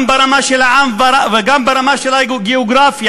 גם ברמה של העם וגם ברמה של הגיאוגרפיה,